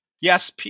Yes